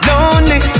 Lonely